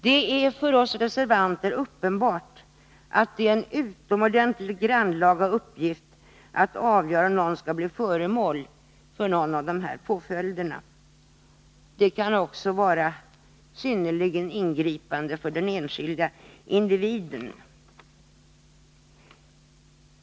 Det är för oss reservanter uppenbart att det är en utomordentligt grannlaga uppgift att avgöra om en person skall bli föremål för någon av dessa påföljder. De kan också vara synnerligen ingripande för den enskilde individen.